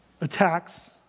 attacks